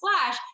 splash